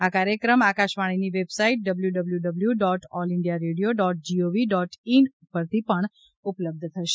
આ કાર્યક્રમ આકાશવાણીની website W W W dot all India radio dot G O V dot in પરથી પણ ઉપલબ્ધ થશે